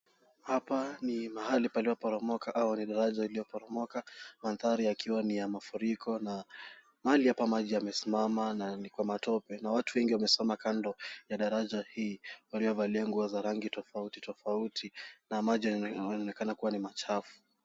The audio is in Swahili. Hapa ni mahali palioporomoka au daraja iliyoporomoka. Mandhari yakiwa ni ya mafuriko, na mahali hapa maji yamesimama na ni kwa matope. Na watu wengi wamesimama kando ya daraja hii waliovalia mavazi ya rangi tofautitofauti. Na maji yanaonekana kuwa ni machafu.